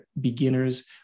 beginners